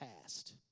past